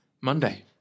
Monday